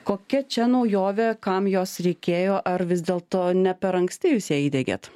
kokia čia naujovė kam jos reikėjo ar vis dėlto ne per anksti jūs ją įdegėt